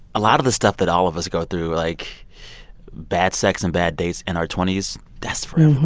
a lot of the stuff that all of us go through, like bad sex and bad dates in our twenty s, that's for um